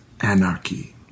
anarchy